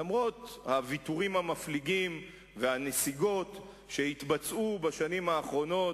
למרות הוויתורים המפליגים והנסיגות שהתבצעו בשנים האחרונות